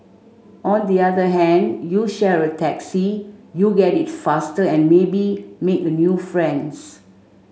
on the other hand you share a taxi you get it faster and maybe make a new friends